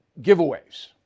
giveaways